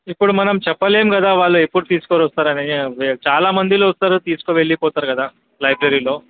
ఇప్పుడు మనం చెప్పలేము కదా వాళ్ళు ఎప్పుడు తీసుకువస్తారని చాలా మంది వస్తారు తీసుకువెళ్ళిపోతారు కదా లైబ్రరీలో